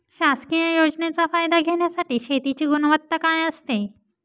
शासकीय योजनेचा फायदा घेण्यासाठी शेतीची गुणवत्ता काय असते?